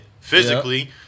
physically